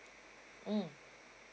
mm